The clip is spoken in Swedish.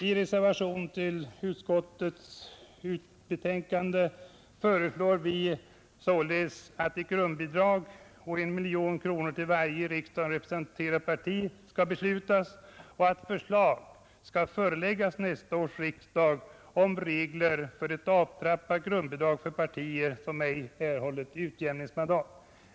I reservationen föreslår vi således att ett grundbidrag på 1 miljon kronor till varje i riksdagen representerat parti skall beslutas och att förslag skall föreläggas nästa års riksdag om regler för ett avtrappat grundbidrag för partier som ej erhållit utjämningsmandat.